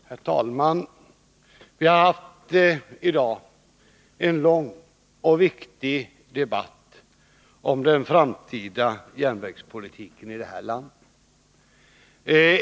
Herr talman! Vi har i dag haft en lång och viktig debatt om den framtida järnvägspolitiken i det här landet.